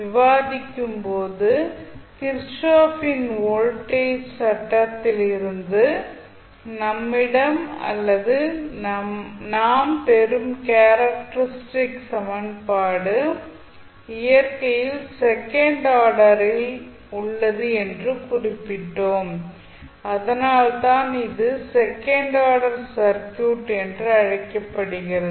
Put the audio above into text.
விவாதிக்கும்போது கிர்ச்சோஃப்பின் voltage Kirchhoff's voltage சட்டத்திலிருந்து நம்மிடம் அல்லது நாம் பெறும் கேரக்டரிஸ்டிக் சமன்பாடு இயற்கையில் செகண்ட் ஆர்டரில் உள்ளது என்று குறிப்பிட்டோம் அதனால்தான் இது செகண்ட் ஆர்டர் சர்க்யூட் என்று அழைக்கப்படுகிறது